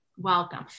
Welcome